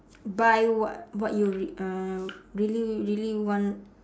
buy what what you rea~ uh really really want